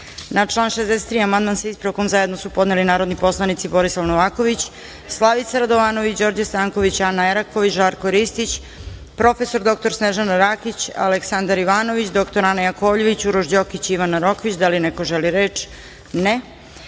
član 63. amandman, sa ispravkom, zajedno su podneli narodni poslanici Borislav Novaković, Slavica Radovanović, Đorđe Stanković, Ana Eraković, Žarko Ristić, prof. dr Snežana Rakić, Aleksandar Ivanović, dr Ana Jakovljević, Uroš Đokić i Ivana Rokvić. Da li neko želi reč?